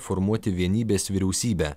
formuoti vienybės vyriausybę